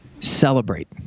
Celebrate